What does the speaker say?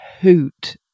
hoot